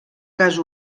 cas